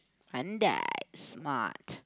pandai smart